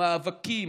המאבקים,